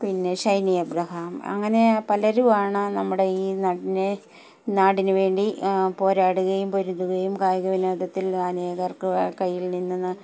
പിന്നെ ശൈനി എബ്രഹാം അങ്ങനെ പലരുമാണ് നമ്മുടെ ഈ നടിനെ നാടിന് വേണ്ടി പോരാടുകയും പൊരുതുകയും കായിക വിനോദത്തിൽ അനേകർക്ക് കയ്യിൽ നിന്ന്